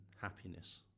happiness